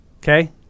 okay